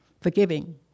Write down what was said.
forgiving